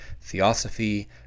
Theosophy